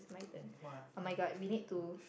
what are you afraid of